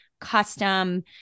custom